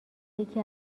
یکی